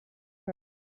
her